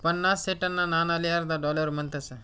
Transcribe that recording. पन्नास सेंटना नाणाले अर्धा डालर म्हणतस